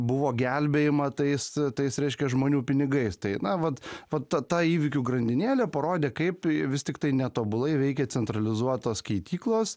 buvo gelbėjima tais tais reiškia žmonių pinigais tai na vat vat ta ta įvykių grandinėlė parodė kaip vis tiktai netobulai veikia centralizuotos keityklos